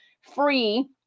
free